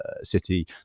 city